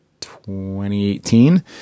2018